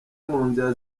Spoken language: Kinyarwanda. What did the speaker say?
munzira